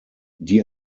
die